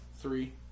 Three